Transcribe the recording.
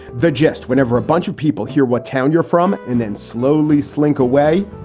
the gist whenever a bunch of people hear what town you're from. and then slowly slink away.